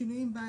שינויים בה,